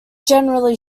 generally